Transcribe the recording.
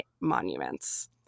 monuments